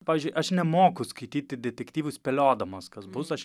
pavyzdžiui aš nemoku skaityti detektyvus spėliodamas kas bus aš